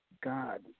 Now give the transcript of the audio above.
God